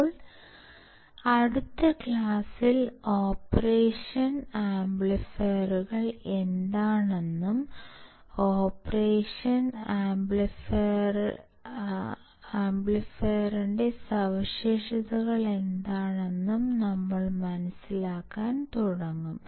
ഇപ്പോൾ അടുത്ത ക്ലാസ്സിൽ ഓപ്പറേഷൻ ആംപ്ലിഫയറുകൾ എന്താണെന്നും ഓപ്പറേഷൻ ആംപ്ലിഫയറിന്റെ സവിശേഷതകൾ എന്താണെന്നും നമ്മൾ മനസ്സിലാക്കാൻ തുടങ്ങും